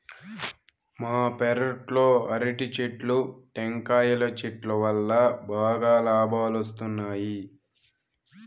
మా పెరట్లో అరటి చెట్లు, టెంకాయల చెట్టు వల్లా బాగా లాబాలొస్తున్నాయి